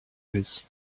his